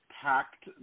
packed